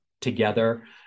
together